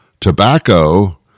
tobacco